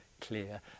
clear